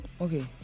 Okay